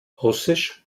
russisch